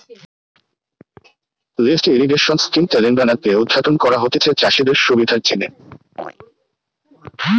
lift irrigation scheme Telangana তে উদ্ঘাটন করা হতিছে চাষিদের সুবিধার জিনে